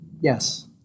Yes